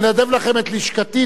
אני מנדב לכם את לשכתי.